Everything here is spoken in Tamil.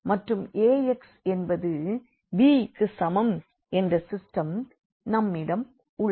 மற்றும் Ax என்பது b க்கு சமம் என்ற சிஸ்டம் நம்மிடம் உள்ளது